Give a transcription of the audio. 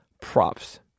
props